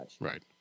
Right